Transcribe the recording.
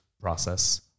process